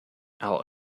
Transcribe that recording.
our